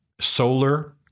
solar